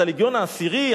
את הלגיון העשירי,